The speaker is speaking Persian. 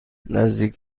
نزدیک